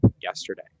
yesterday